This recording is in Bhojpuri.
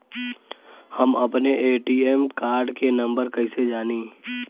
हम अपने ए.टी.एम कार्ड के नंबर कइसे जानी?